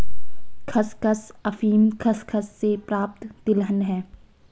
खसखस अफीम खसखस से प्राप्त तिलहन है